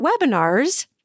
webinars